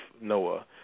Noah